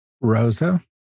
Rosa